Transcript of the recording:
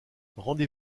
rendez